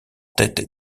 tête